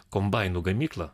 kombainų gamyklą